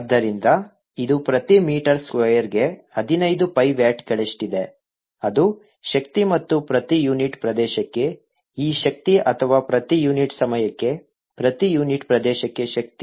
ಆದ್ದರಿಂದ ಇದು ಪ್ರತಿ ಮೀಟರ್ ಸ್ಕ್ವೇರ್ಗೆ ಹದಿನೈದು pi ವ್ಯಾಟ್ಗಳಷ್ಟಿದೆ ಅದು ಶಕ್ತಿ ಮತ್ತು ಪ್ರತಿ ಯೂನಿಟ್ ಪ್ರದೇಶಕ್ಕೆ ಈ ಶಕ್ತಿ ಅಥವಾ ಪ್ರತಿ ಯೂನಿಟ್ ಸಮಯಕ್ಕೆ ಪ್ರತಿ ಯೂನಿಟ್ ಪ್ರದೇಶಕ್ಕೆ ಶಕ್ತಿ